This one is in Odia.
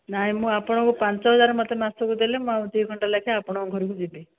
ନାହିଁ ମୁଁ ଆପଣଙ୍କୁ ପାଞ୍ଚ ହଜାର ମୋତେ ମାସକୁ ଦେଲେ ମୁଁ ଆଉ ଦୁଇ ଘଣ୍ଟା ଲେଖା ଆପଣଙ୍କ ଘରକୁ ଯିବି